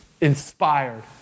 inspired